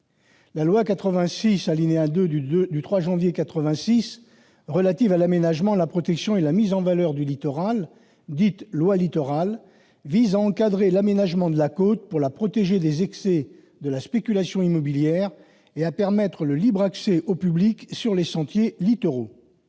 La loi du 3 janvier 1986 relative à l'aménagement, la protection et la mise en valeur du littoral, dite loi Littoral, vise à encadrer l'aménagement de la côte, pour la protéger des excès de la spéculation immobilière, et à permettre le libre accès du public aux sentiers littoraux.